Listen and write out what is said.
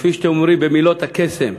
כפי שאתם אומרים במילות הקסם,